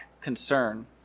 concern